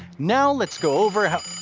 now let's go over how